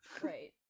Great